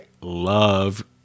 love